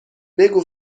بگو